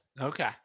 okay